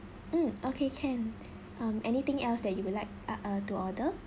mm okay can um anything else that you would like ah to order